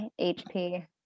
hp